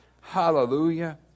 Hallelujah